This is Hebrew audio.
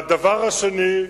והדבר השני,